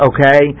Okay